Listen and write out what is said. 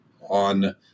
on